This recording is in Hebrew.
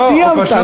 סיימת, נו.